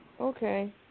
okay